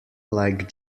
like